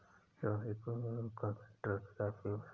रोहिणी को कॉन्टिनेन्टल की कॉफी पसंद नहीं है